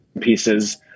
pieces